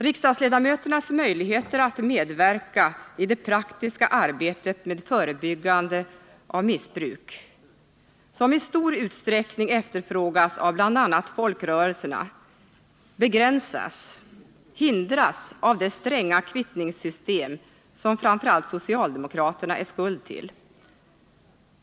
Riksdagsledamöternas möjligheter att medverka i det praktiska arbetet med förebyggande av missbruk, som i stor utsträckning efterfrågas av bl.a. folkrörelserna, begränsas eller hindras av det stränga kvittningssystem som framför allt socialdemokraterna är skuld till.